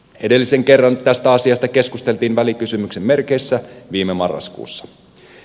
edellisen kerran tästä asiasta keskusteltiin välikysymyksen merkeissä viime marraskuussa